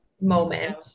moment